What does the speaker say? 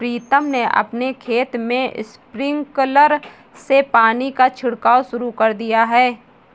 प्रीतम ने अपने खेत में स्प्रिंकलर से पानी का छिड़काव शुरू कर दिया है